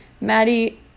Maddie